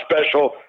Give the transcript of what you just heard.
special